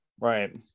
Right